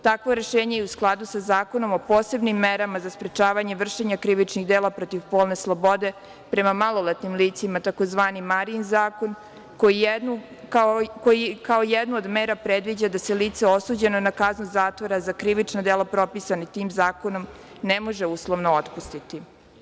Takvo rešenje je u skladu sa Zakonom o posebnim merama za sprečavanje vršenja krivičnih dela protiv polne slobode prema maloletnim licima, tzv. „Marijin zakon“, koji kao jednu od mera predviđa da se lice osuđeno na kaznu zatvora za krivična dela propisana tim zakonom ne može uslovno otpustiti.